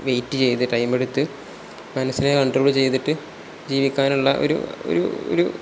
wait ചെയ്ത് ടൈമെടുത്ത് മനസ്സിനെ കൺട്രോൾ ചെയ്തിട്ട് ജീവിക്കാനുള്ള ഒരു ഒരു ഒരു